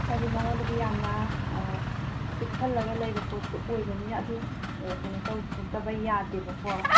ꯍꯥꯏꯗꯤ ꯃꯉꯣꯟꯗꯗꯤ ꯌꯥꯝꯅ ꯆꯨꯞꯁꯤꯜꯂꯒ ꯂꯩꯕ ꯄꯣꯠꯇꯨ ꯑꯣꯏꯕꯅꯤꯅ ꯑꯗꯨ ꯀꯩꯅꯣ ꯇꯧꯊꯣꯛꯇꯕ ꯌꯥꯗꯦꯕꯀꯣ